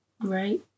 right